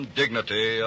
dignity